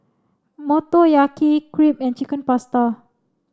Motoyaki Crepe and Chicken Pasta